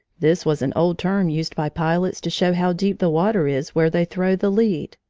this was an old term used by pilots to show how deep the water is where they throw the lead.